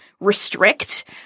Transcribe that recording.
restrict